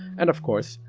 and of course,